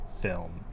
film